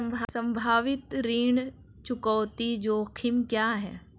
संभावित ऋण चुकौती जोखिम क्या हैं?